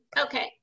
Okay